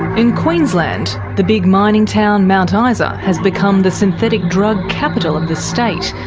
in queensland, the big mining town mount ah isa has become the synthetic drug capital of the state,